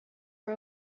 for